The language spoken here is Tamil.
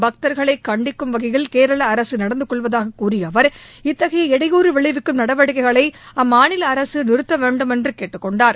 பக்தர்களை கண்டிக்கும் வகையில் கேரள அரசு நடந்து கொள்வதாகக் கூறிய அவர் இத்தகைய இடையூறு விளைவிக்கும் நடவடிக்கைகளை அம்மாநில அரசு நிறுத்த வேண்டுமென்று கேட்டுக் கொண்டார்